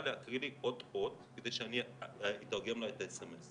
להקריא לי אות אות כדי שאני אתרגם לה את האס.אמ.אס.